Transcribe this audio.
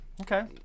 Okay